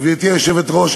גברתי היושבת-ראש,